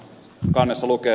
kannessa lukee